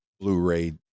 Blu-ray